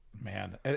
Man